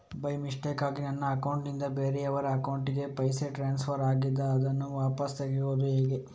By ಮಿಸ್ಟೇಕಾಗಿ ನನ್ನ account ನಿಂದ ಬೇರೆಯವರ ಅಕೌಂಟ್ ಗೆ ಪೈಸೆ ಟ್ರಾನ್ಸ್ಫರ್ ಆಗಿದೆ ಅದನ್ನು ವಾಪಸ್ ತೆಗೆಯೂದು ಹೇಗೆ?